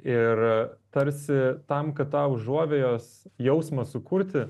ir tarsi tam kad tą užuovėjos jausmą sukurti